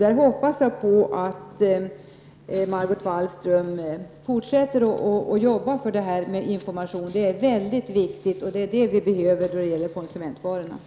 Jag hoppas att Margot Wallström fortsätter att arbeta för mer information. Det är mycket viktigt, och det är det vi behöver beträffande konsumentvarorna.